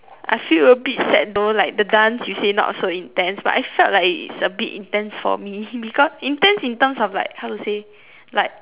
I feel a bit sad though like the dance you say not so intense but I felt like it is a bit intense for me because intense in terms of like how to say like